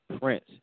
Prince